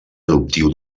adoptiu